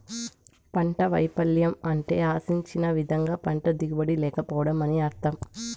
పంట వైపల్యం అంటే ఆశించిన విధంగా పంట దిగుబడి లేకపోవడం అని అర్థం